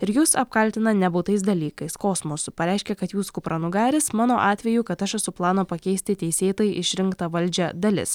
ir jus apkaltina nebūtais dalykais kosmosu pareiškia kad jūs kupranugaris mano atveju kad aš esu plano pakeisti teisėtai išrinktą valdžią dalis